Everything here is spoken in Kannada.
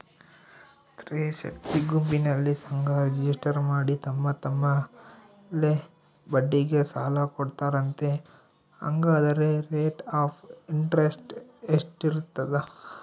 ಸ್ತ್ರೇ ಶಕ್ತಿ ಗುಂಪಿನಲ್ಲಿ ಸಂಘ ರಿಜಿಸ್ಟರ್ ಮಾಡಿ ತಮ್ಮ ತಮ್ಮಲ್ಲೇ ಬಡ್ಡಿಗೆ ಸಾಲ ಕೊಡ್ತಾರಂತೆ, ಹಂಗಾದರೆ ರೇಟ್ ಆಫ್ ಇಂಟರೆಸ್ಟ್ ಎಷ್ಟಿರ್ತದ?